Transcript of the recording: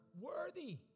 worthy